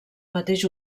mateix